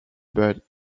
but